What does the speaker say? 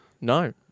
No